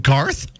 Garth